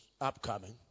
upcoming